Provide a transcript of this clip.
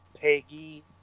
Peggy